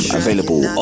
available